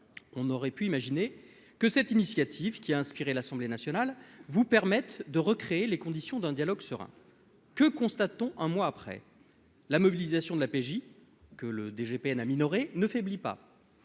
On aurait pu imaginer que cette initiative, qui a inspiré l'Assemblée nationale, vous permette de recréer les conditions d'un dialogue serein. Que constate-t-on un mois après ? La mobilisation de la PJ, que le directeur général de